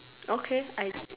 okay I